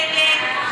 נגד?